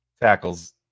tackles